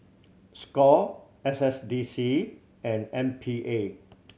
score S S D C and M P A